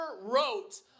wrote